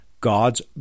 God's